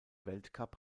weltcup